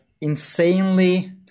insanely